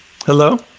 Hello